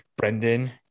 Brendan